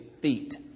feet